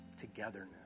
togetherness